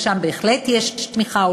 ושם בהחלט יש תמיכה,